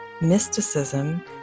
mysticism